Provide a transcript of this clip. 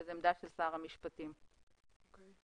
וזו עמדה של שר המשפטים שנדרש לעניין.